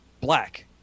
black